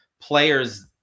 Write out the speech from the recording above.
players